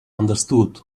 understood